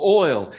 oil